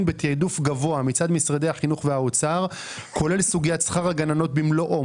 בתעדוף גבוה מצד משרדי החינוך והאוצר כולל סוגיית שכר הגננות במלואה.